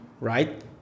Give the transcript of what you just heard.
right